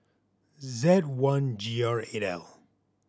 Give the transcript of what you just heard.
Z one G R eight L